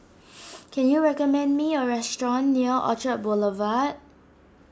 can you recommend me a restaurant near Orchard Boulevard